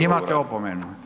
Imate opomenu.